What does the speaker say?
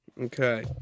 Okay